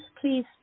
please